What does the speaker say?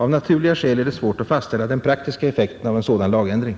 Av naturliga skäl är det svårt att fastställa den praktiska effekten av en sådan lagändring.